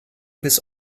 bis